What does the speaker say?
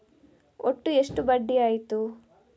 ಒಟ್ಟು ಎಷ್ಟು ಬಡ್ಡಿ ಆಯಿತು?